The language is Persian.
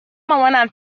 مامانم